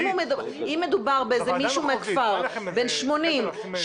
אם מדובר במישהו מהכפר בן 80,